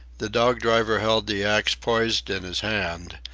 the dog-driver held the axe poised in his hand,